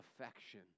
affection